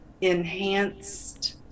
enhanced